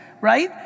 right